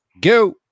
go